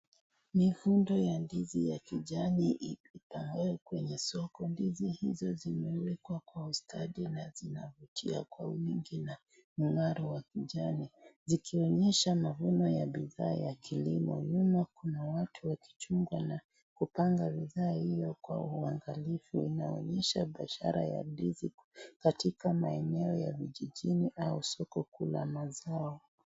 Ni hundi ya ndizi ya kijani ipangwayo kwenye soko. Ndizi hizi zimewekwa kwa ustadi na zinavutia kwa wingi na mng'aro wa kijani zikionyesha mavuno ya bidhaa ya kilimo. Nyuma kuna watu wakichunga na kupanga bidhaa hiyo kwa uangalifu; inaonyesha biashara ya ndizi katika maeneo ya vijijini au soko kuu ya mazao.